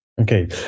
Okay